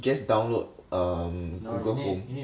just download err Google Home